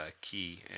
Key